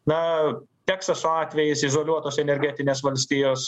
na teksaso atvejis izoliuotos energetinės valstijos